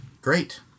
Great